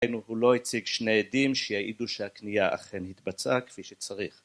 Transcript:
הוא לא הציג שני עדים שיעידו שהקנייה אכן התבצעה כפי שצריך